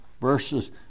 verses